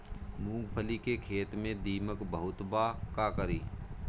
मूंगफली के खेत में दीमक बहुत बा का करी?